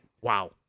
Wow